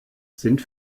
sind